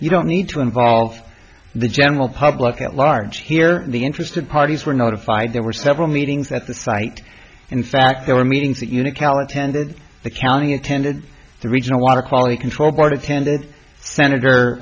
you don't need to involve the general public at large here the interested parties were notified there were several meetings at the site in fact there were meetings that unocal attended the county attended the regional water quality control board attende